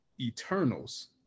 Eternals